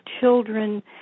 children